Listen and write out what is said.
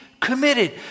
committed